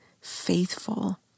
faithful